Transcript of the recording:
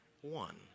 one